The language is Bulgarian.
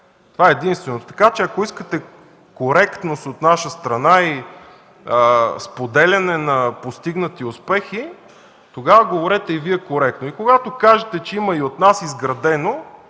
това е единственото! Така че, ако искате коректност от наша страна и споделяне на постигнати успехи, говорете и Вие коректно. Когато кажете, че има и от нас изградено